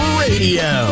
radio